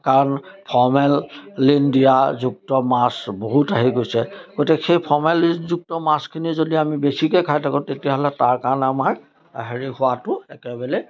কাৰণ ফৰ্মেলিন দিয়াযুক্ত মাছ বহুত আহি গৈছে গতিকে সেই ফৰ্মেলিনযুক্ত মাছখিনি যদি আমি বেছিকৈ খাই থাকোঁ তেতিয়াহ'লে তাৰ কাৰণে আমাৰ হেৰি হোৱাতো একেবাৰে